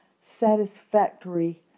satisfactory